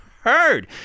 heard